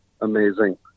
amazing